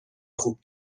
خوب